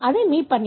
అది మీ పని